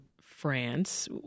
France